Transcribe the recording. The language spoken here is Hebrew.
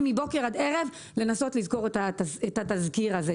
מבוקר ועד ערב לנסות לסגור את התזכיר הזה.